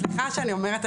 סליחה שאני אומרת,